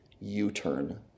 U-turn